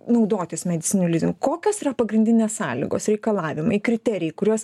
naudotis medicininiu lizin kokios yra pagrindinės sąlygos reikalavimai kriterijai kuriuos